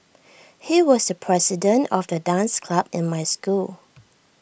he was the president of the dance club in my school